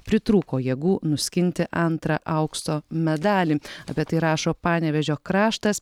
pritrūko jėgų nuskinti antrą aukso medalį apie tai rašo panevėžio kraštas